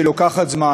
שלוקחת זמן,